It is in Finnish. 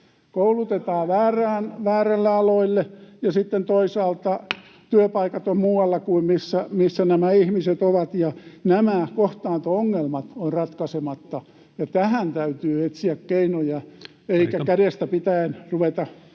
Koulutetaan väärille aloille, ja sitten toisaalta työpaikat ovat muualla kuin missä nämä ihmiset ovat. Nämä kohtaanto-ongelmat ovat ratkaisematta, ja tähän täytyy etsiä keinoja, [Puhemies: Aika!] eikä kädestä pitäen ruveta